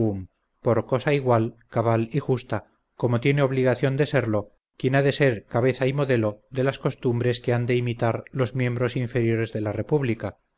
por cosa igual cabal y justa como tiene obligación de serlo quien ha de ser cabeza y modelo de las costumbres que han de imitar los miembros inferiores de la república